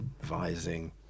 advising